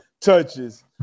touches